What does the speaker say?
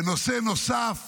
ונושא נוסף